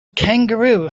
kangaroo